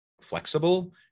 flexible